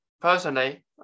personally